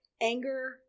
anger